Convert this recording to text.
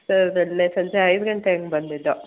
sir ನೆನ್ನೆ ಸಂಜೆ ಐದು ಗಂಟೆ ಹಂಗ್ ಬಂದಿದ್ದೋ